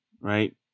right